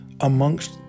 amongst